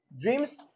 Dreams